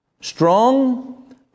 strong